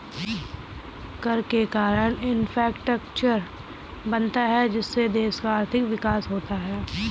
कर के कारण है इंफ्रास्ट्रक्चर बनता है जिससे देश का आर्थिक विकास होता है